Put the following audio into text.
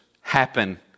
happen